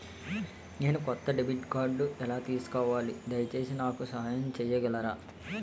నేను కొత్త డెబిట్ కార్డ్ని ఎలా తీసుకోవాలి, దయచేసి నాకు సహాయం చేయగలరా?